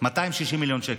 260 מיליון שקל,